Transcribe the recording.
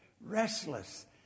restless